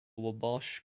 wabash